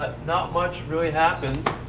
not much really happened.